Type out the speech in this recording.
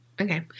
Okay